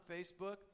Facebook